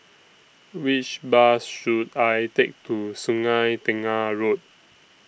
Which Bus should I Take to Sungei Tengah Road